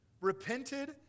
repented